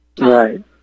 Right